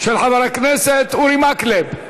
של חבר הכנסת אורי מקלב.